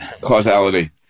causality